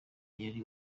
yari